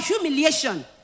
humiliation